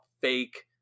fake